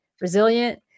resilient